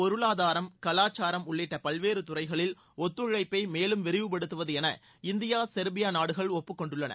பொருளாதாரம் கலச்சாரம் உள்ளிட்ட பல்வேறு துறைகளில் ஒத்துழழப்பை மேலும் விரிவுப்படுத்துவது என இந்தியா செர்பியா நாடுகள் ஒப்புக்கொண்டுள்ளன